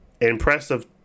impressive